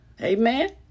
Amen